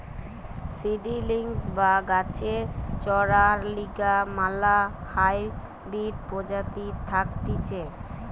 seedlings বা গাছের চরার লিগে ম্যালা হাইব্রিড প্রজাতি থাকতিছে